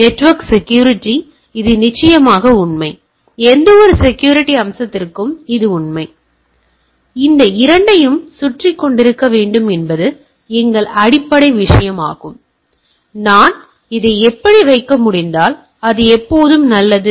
எனவே network security இது நிச்சயமாக உண்மை எந்தவொரு செக்யூரிட்டி அம்சத்திற்கும் இது உண்மை எனவே இந்த இரண்டையும் சுற்றிக் கொண்டிருக்க வேண்டும் என்பது எங்கள் அடிப்படை விஷயம் நான் இதை இப்படி வைக்க முடிந்தால் அது எப்போதும் நல்லது